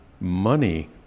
money